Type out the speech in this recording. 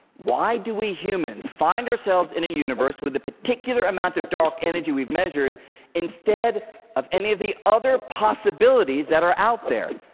why do we humans find ourselves in a universe with a particular amount of dark energy we've measured instead of any of the other possibilities that are out there?